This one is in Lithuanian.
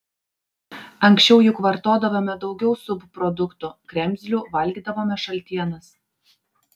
anksčiau juk vartodavome daugiau subproduktų kremzlių valgydavome šaltienas